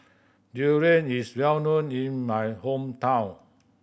durian is well known in my hometown